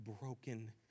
broken